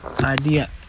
idea